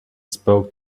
spoke